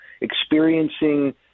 experiencing